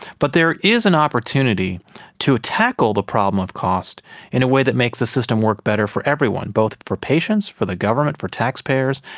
but there is an opportunity to tackle the problem of cost in a way that makes the system work better for everyone, both for patients, for the government, for taxpayers,